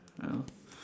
ya